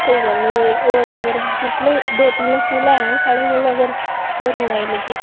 कोई गल्ल नी होर अगर मतलब दो तीन फुल्ल हैन साढ़े कोल अगर होर मंगाई देगे